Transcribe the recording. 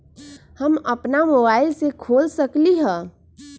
हम अपना मोबाइल से खोल सकली ह?